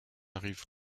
rive